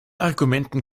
argumenten